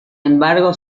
embargo